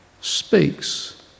speaks